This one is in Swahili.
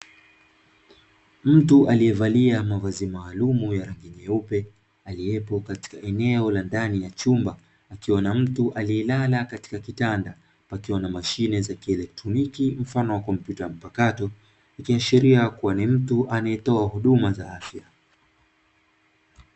Mtu aliyevalia mavazi maalumu ya rangi nyeupe aliyepo katika eneo la ndani ya chumba akiwa na mtu aliyelala katika kitanda pakiwa na mashime za kielektroniki mfano wa kompyuta mpakato, ikiashiria kuwa ni mtu anayetoa huduma za afya.